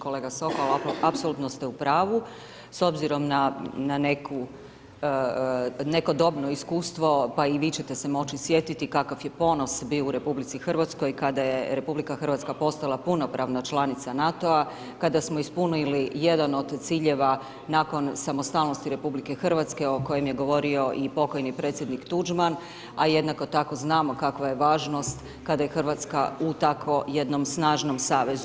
Kolega Sokol, apsolutno ste u pravu, s obzirom na neko dobno iskustvo, pa i vi ćete se moći sjetiti kakav je ponos bio u RH kada je RH postala punopravna članica NATO-a, kada smo ispunili jedan od ciljeva nakon samostalnosti RH o kojem je govorio i pokojni predsjednik Tuđman, a jednako tako znamo kakva je važnost kada je RH u tako jednom snažnom savezu.